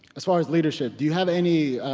as far as leadership, do you have any